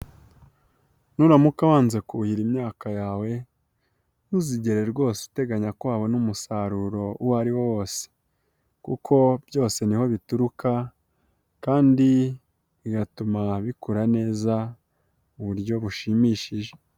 Nuramuka wanze kuhira imyaka yawe ntuzigere rwose uteganya ko wabona umusaruro uwo ariwo wose kuko byose niho bituruka kandi igatuma bikura neza mu buryo bushimishije.